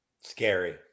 Scary